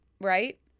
right